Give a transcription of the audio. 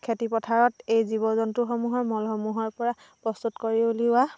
খেতি পথাৰত এই জীৱ জন্তুসমূহৰ মলসমূহৰ পৰা প্ৰস্তুত কৰি উলিওৱা